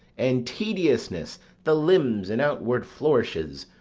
and tediousness the limbs and outward flourishes,